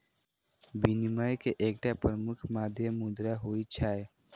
विनिमय के एकटा प्रमुख माध्यम मुद्रा होइ छै